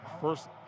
first